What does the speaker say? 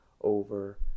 over